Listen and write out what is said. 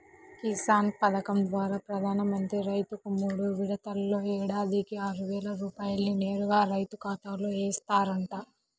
కిసాన్ పథకం ద్వారా ప్రధాన మంత్రి రైతుకు మూడు విడతల్లో ఏడాదికి ఆరువేల రూపాయల్ని నేరుగా రైతు ఖాతాలో ఏస్తారంట